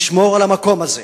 תשמור על המקום הזה